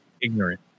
ignorant